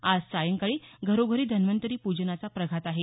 आज सायंकाळी घरोघरी धन्वंतरी पूजनाचा प्रघात आहे